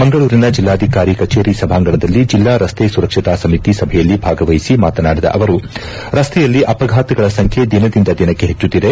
ಮಂಗಳೂರಿನ ಜಿಲ್ಲಾಧಿಕಾರಿ ಕಚೇರಿ ಸಭಾಂಗಣದಲ್ಲಿ ಜಿಲ್ಲಾ ರಸ್ತೆ ಸುರಕ್ಷತಾ ಸಮಿತಿ ಸಭೆಯಲ್ಲಿ ಭಾಗವಹಿಸಿ ಮಾತನಾಡಿದ ಅವರು ರಸ್ತೆಯಲ್ಲಿ ಅಪಘಾತಗಳ ಸಂಖ್ಯೆ ದಿನದಿಂದ ದಿನಕ್ಕೆ ಹೆಚ್ಚುತ್ತಿದೆ